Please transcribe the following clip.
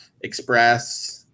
Express